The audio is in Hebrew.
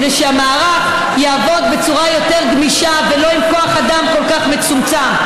כדי שהמערך יעבוד בצורה יותר גמישה ולא עם כוח אדם כל כך מצומצם.